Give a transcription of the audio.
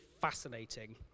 fascinating